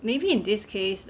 maybe in this case